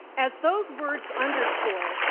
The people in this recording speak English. as those words underscore,